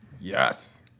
Yes